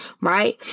right